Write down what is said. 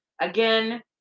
Again